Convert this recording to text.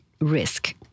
risk